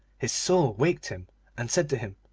his soul waked him and said to him,